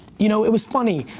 you know, it was funny.